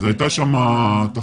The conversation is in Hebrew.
הייתה שם תחלופה.